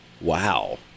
Wow